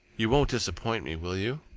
you won't disappoint me, will you?